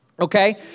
Okay